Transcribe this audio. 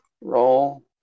roll